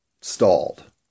stalled